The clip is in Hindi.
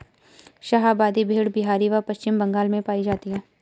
शाहाबादी भेड़ बिहार व पश्चिम बंगाल में पाई जाती हैं